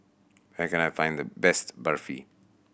where can I find the best Barfi